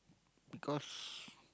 because